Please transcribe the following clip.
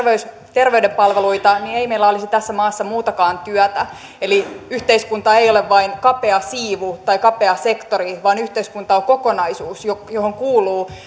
terveyspalveluita niin ei meillä olisi tässä maassa muutakaan työtä eli yhteiskunta ei ole vain kapea siivu kapea sektori vaan yhteiskunta on kokonaisuus johon kuuluu